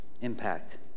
impact